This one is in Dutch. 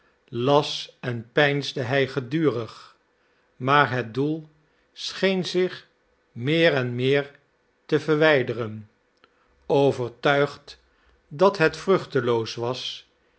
las en peinsde hij gedurig maar het doel scheen zich meer en meer te verwijderen overtuigd dat het vruchteloos was